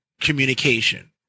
communication